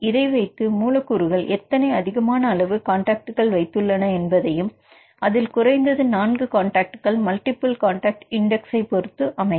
இதை வைத்து மூலக்கூறுகள் எத்தனை அதிகமான அளவு கான்டாக்ட் வைத்துள்ளன என்பதையும் அதில் குறைந்தது நான்கு காண்டாக்ட்கள் மல்டிபிள் காண்டாக்ட் இன்டெக்ஸ்சை பொருத்து அமையும்